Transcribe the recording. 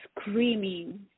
screaming